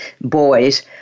boys